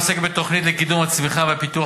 העוסקת בתוכנית לקידום הצמיחה והפיתוח